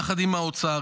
יחד עם האוצר,